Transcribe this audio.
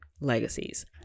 Legacies